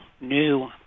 new